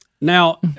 Now